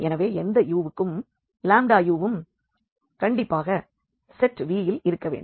எனவே எந்த u வுக்கும் uவும் கண்டிப்பாக செட் V இல் இருக்க வேண்டும்